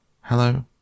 Hello